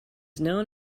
known